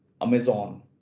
amazon